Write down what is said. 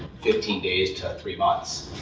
fifteen days to three months,